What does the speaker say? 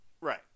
Right